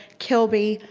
kilby,